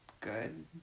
good